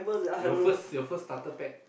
your first your first starter pack